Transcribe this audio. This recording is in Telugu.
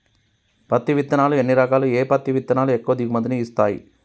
పత్తి విత్తనాలు ఎన్ని రకాలు, ఏ పత్తి విత్తనాలు ఎక్కువ దిగుమతి ని ఇస్తాయి?